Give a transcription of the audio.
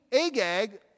Agag